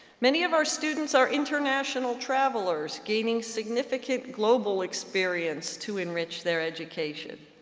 many of our students are international travelers, gaining significant global experience to enrich their education.